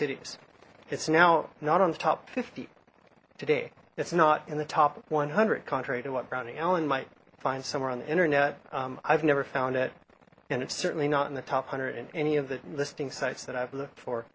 cities it's now not on the top fifty today it's not in the top one hundred contrary to what browning allen might find somewhere on the internet i've never found it and it's certainly not in the top hundred in any of the listing sites that i've looked for